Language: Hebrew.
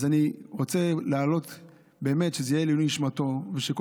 אז אני רוצה שזה יהיה לעילוי נשמתו ושכל